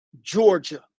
Georgia